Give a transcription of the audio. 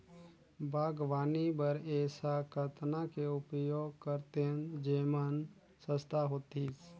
बागवानी बर ऐसा कतना के उपयोग करतेन जेमन सस्ता होतीस?